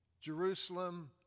Jerusalem